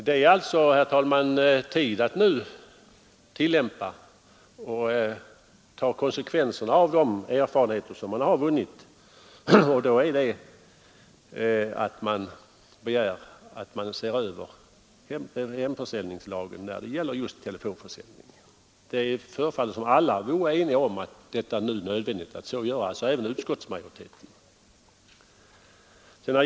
Det är alltså nu tid att ta konsekvenserna av de erfarenheter som vunnits, och då är det första man har att göra att se över hemförsäljningslagen i vad gäller telefonförsäljningen. Det förefaller också som om alla är eniga om att göra det, även utskottsmajoriteten.